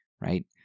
right